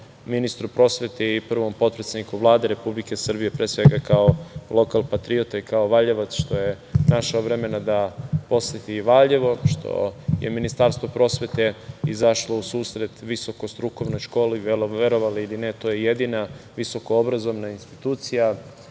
ministru prosvete i prvom potpredsedniku Vlade Republike Srbije, pre svega, kao lokal patriote i kao Valjevac, što je našao vremena da poseti i Valjevo, što je Ministarstvo prosvete izašlo u susret visoko-strukovnoj školi, a verovali ili ne, to je jedina visokoobrazovana institucija